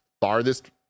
farthest